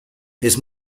his